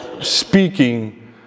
speaking